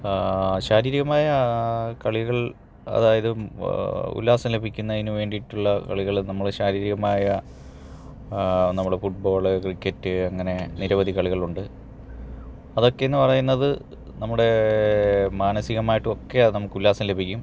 ശാരീരികമായ കളികൾ അതായത് ഉല്ലാസം ലഭിക്കുന്നതിനുവേണ്ടിയിട്ടുള്ള കളികള് നമ്മള് ശാരീരികമായ നമ്മള് ഫുട്ബോള് ക്രിക്കറ്റ് അങ്ങനെ നിരവധി കളികളുണ്ട് അതൊക്കെ എന്നു പറയുന്നത് നമ്മുടെ മാനസികമായിട്ടുമൊക്കെ നമുക്ക് ഉല്ലാസം ലഭിക്കും